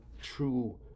true